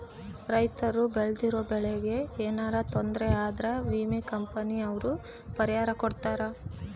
ರೈತರು ಬೆಳ್ದಿರೋ ಬೆಳೆ ಗೆ ಯೆನರ ತೊಂದರೆ ಆದ್ರ ವಿಮೆ ಕಂಪನಿ ಅವ್ರು ಪರಿಹಾರ ಕೊಡ್ತಾರ